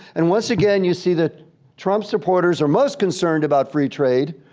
and once again you see that trump supporters are most concerned about free trade.